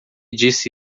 disse